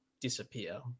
disappear